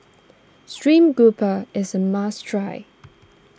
Stream Grouper is a must try